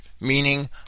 Meaning